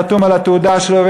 חתום על התעודה שלו.